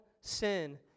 sin